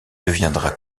deviendra